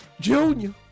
Junior